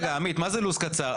עמית, מה זה לו"ז קצר?